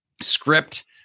script